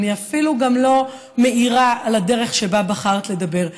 אני אפילו גם לא מעירה על הדרך שבה בחרת לדבר.